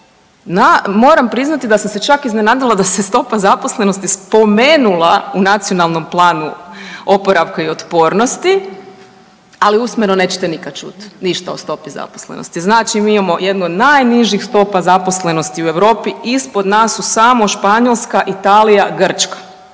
moram priznati da sam se čak iznenadila da se stopa zaposlenosti spomenula u Nacionalnom planu oporavka i otpornosti, ali usmeno nećete nikad čuti ništa o stopi zaposlenosti. Znači mi imamo jedno od najnižih stopa zaposlenosti u Europi, ispod nas su samo Španjolska, Italija, Grčka.